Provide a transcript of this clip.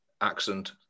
accent